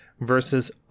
Versus